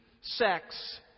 sex